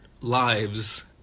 lives